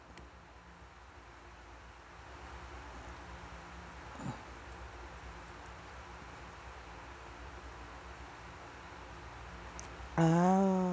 ah